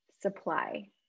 supply